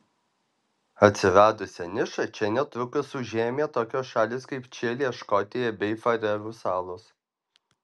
atsiradusią nišą čia netrukus užėmė tokios šalys kaip čilė škotija bei farerų salos